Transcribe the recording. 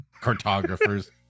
cartographers